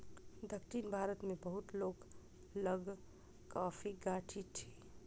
दक्षिण भारत मे बहुत लोक लग कॉफ़ीक गाछी अछि